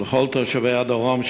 ולכל תושבי הדרום,